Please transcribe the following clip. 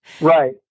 Right